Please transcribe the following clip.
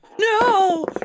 No